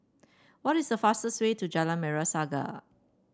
what is the fastest way to Jalan Merah Saga